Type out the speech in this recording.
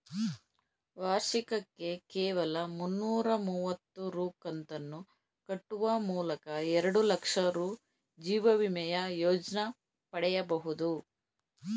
ವಾರ್ಷಿಕಕ್ಕೆ ಕೇವಲ ಮುನ್ನೂರ ಮುವತ್ತು ರೂ ಕಂತನ್ನು ಕಟ್ಟುವ ಮೂಲಕ ಎರಡುಲಕ್ಷ ರೂ ಜೀವವಿಮೆಯ ಯೋಜ್ನ ಪಡೆಯಬಹುದು